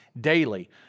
daily